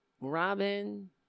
Robin